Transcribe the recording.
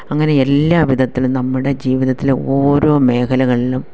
അങ്ങനെ എല്ലാ വിധത്തിലും നമ്മുടെ ജീവിതത്തിലെ ഓരോ മേഖലകൾലും